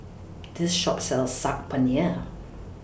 This Shop sells Saag Paneer